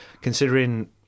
Considering